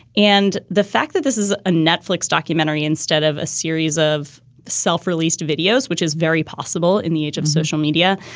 and the fact that this is a netflix documentary instead of a series of self-released videos, which is very possible in the age of social media,